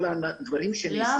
למה?